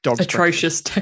atrocious